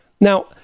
Now